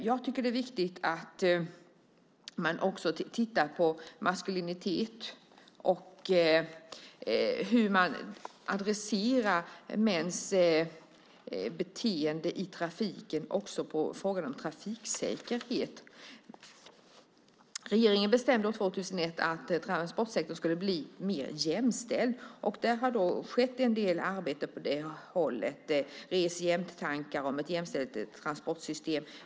Jag tycker att det är viktigt att man också tittar på maskulinitet och hur man adresserar mäns beteende i trafiken också i fråga om trafiksäkerhet. Regeringen bestämde 2001 att transportsektorn skulle bli mer jämställd. Det har skett en del arbete på det hållet. Det är tankar om ett jämställt transportsystem.